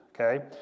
okay